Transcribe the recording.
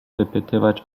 wypytywać